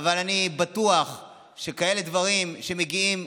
אבל אני בטוח שכאלה דברים שמגיעים,